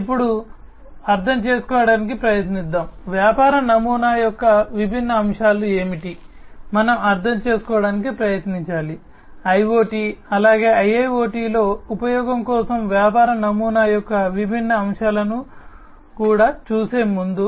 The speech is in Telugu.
ఇప్పుడు అర్థం చేసుకోవడానికి ప్రయత్నిద్దాం వ్యాపార నమూనా యొక్క విభిన్న అంశాలు ఏమిటి మనం అర్థం చేసుకోవడానికి ప్రయత్నించాలి IoT అలాగే IIoT లో ఉపయోగం కోసం వ్యాపార నమూనా యొక్క విభిన్న అంశాలను కూడా చూసే ముందు